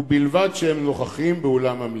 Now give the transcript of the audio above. ובלבד שהם נוכחים באולם המליאה".